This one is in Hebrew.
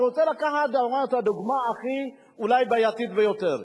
אני רוצה לקחת את הדוגמה אולי הבעייתית ביותר.